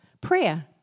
prayer